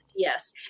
Yes